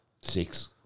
six